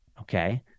okay